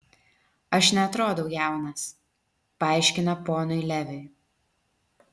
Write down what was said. aš neatrodau jaunas paaiškina ponui leviui